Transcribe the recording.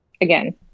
Again